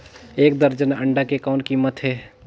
एक दर्जन अंडा के कौन कीमत हे?